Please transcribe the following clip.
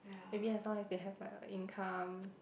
maybe as long as they have like a income